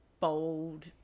Bold